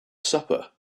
supper